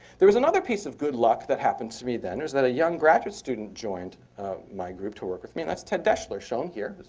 there was another piece of good luck that happened to me then. it was that a young graduate student joined my group to work with me. and that's ted deschler, shown here.